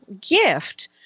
gift